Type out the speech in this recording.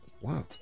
Wow